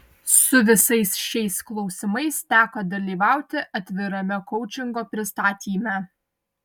su visais šiais klausimais teko dalyvauti atvirame koučingo pristatyme